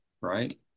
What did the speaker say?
Right